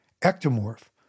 ectomorph